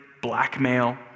blackmail